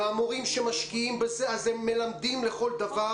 המורים שמשקיעים בזה הם מלמדים לכל דבר